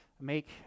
make